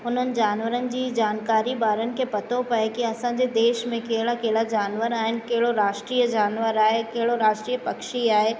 हुननि जानवरनि जी जानकारी ॿारनि खे पतो पिए कि असांजे देश में कहिड़ा कहिड़ा जानवर आहिनि कहिड़ो राष्ट्रिय जानवर आहे कहिड़ो राष्ट्रिय पक्षी आहे